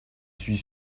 suis